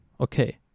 okay